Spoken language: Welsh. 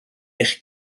eich